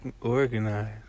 organized